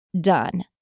done